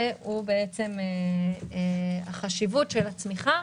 זה חשיבות הצמיחה